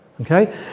okay